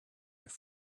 have